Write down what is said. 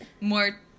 more